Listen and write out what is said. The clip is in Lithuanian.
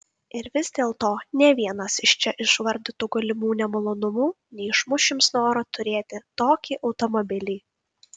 ir vis dėlto nė vienas iš čia išvardytų galimų nemalonumų neišmuš jums noro turėti tokį automobilį